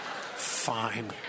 Fine